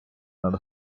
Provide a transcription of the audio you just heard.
над